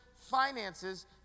finances